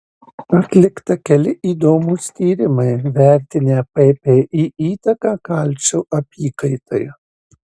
atlikta keli įdomūs tyrimai vertinę ppi įtaką kalcio apykaitai